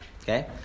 Okay